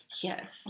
yes